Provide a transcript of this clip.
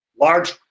Large